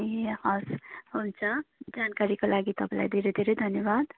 ए हजुर हुन्छ जानकारीको लागि तपाईँलाई धेरै धेरै धन्यवाद